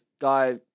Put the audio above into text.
guy